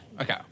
okay